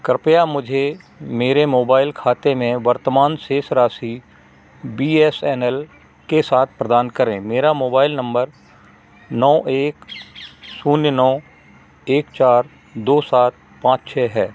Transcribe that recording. कृप्या मुझे मेरे मोबाइल खाते में वर्तमान शेष राशि बी एस एन एल के साथ प्रदान करें मेरा मोबाइल नंबर नौ एक शून्य नौ एक चार दो सात पाँच छः है